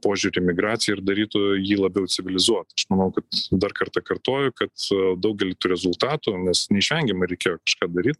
požiūrį į migraciją ir darytų jį labiau civilizuotą manau kad dar kartą kartoju kad daugelį tų rezultatų nes neišvengiamai reikėjo kažką daryt